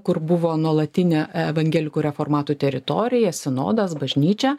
kur buvo nuolatinė evangelikų reformatų teritorija sinodas bažnyčia